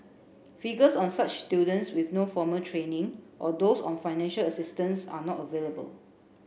figures on such students with no formal training or those on financial assistance are not available